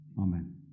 Amen